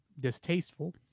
distasteful